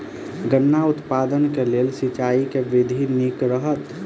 गन्ना उत्पादन केँ लेल सिंचाईक केँ विधि नीक रहत?